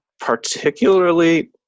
particularly